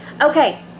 Okay